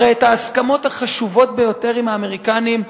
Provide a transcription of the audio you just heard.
הרי את ההסכמות החשובות ביותר עם האמריקנים,